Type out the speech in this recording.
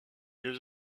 deux